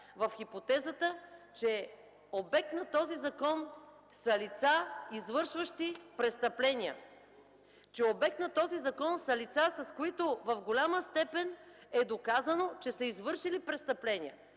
в хипотезата, че обект на този закон са лица, извършващи престъпления, че обект на този закон са лица, с които в голяма степен е доказано, че са извършили престъпления,